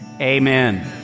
amen